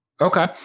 okay